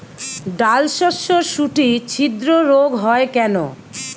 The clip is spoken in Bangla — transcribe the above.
ডালশস্যর শুটি ছিদ্র রোগ হয় কেন?